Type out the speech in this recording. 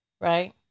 Right